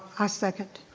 ah second.